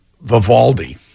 Vivaldi